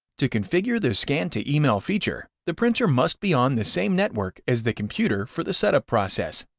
to configure the scan to email feature, the printer must be on the same network as the computer for the setup process.